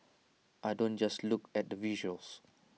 I don't just look at the visuals